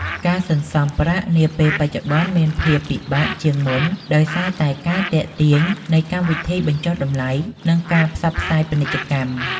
ការសន្សំប្រាក់នាពេលបច្ចុប្បន្នមានភាពពិបាកជាងមុនដោយសារតែការទាក់ទាញនៃកម្មវិធីបញ្ចុះតម្លៃ និងការផ្សព្វផ្សាយពាណិជ្ជកម្ម។